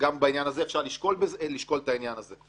אפשר לשקול את העניין הזה.